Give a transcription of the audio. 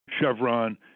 Chevron